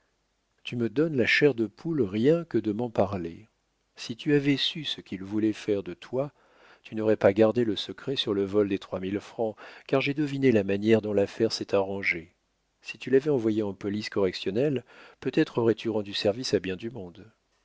tu me donnes la chair de poule rien que de m'en parler si tu avais su ce qu'il voulait faire de toi tu n'aurais pas gardé le secret sur le vol des trois mille francs car j'ai deviné la manière dont l'affaire s'est arrangée si tu l'avais envoyé en police correctionnelle peut-être aurais-tu rendu service à bien du monde